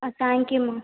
ah thank you ma'am